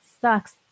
sucks